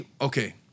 okay